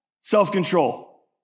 Self-control